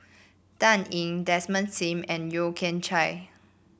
Dan Ying Desmond Sim and Yeo Kian Chai